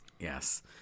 Yes